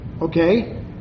Okay